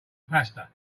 pasta